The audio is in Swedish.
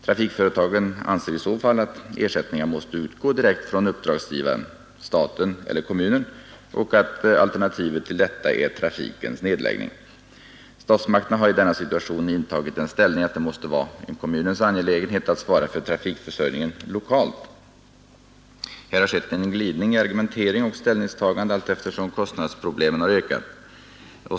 Trafikföretagen anser i så fall att ersättningarna skall utgå direkt från uppdragsgivaren, staten eller kommunen, och att alternativet till detta är trafikens nedläggning. Statsmakterna har i denna situation intagit den ställningen att det måste vara en kommunens angelägenhet att svara för trafikförsörjningen lokalt. Här har skett en glidning i argumentering och ställningstagande allteftersom kostnadsproblemen har ökat.